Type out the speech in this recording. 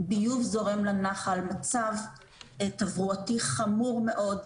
ביוב זורם לנחל, מצב תברואתי חמור מאוד.